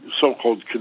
so-called